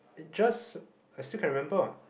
just I still can remember